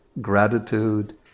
gratitude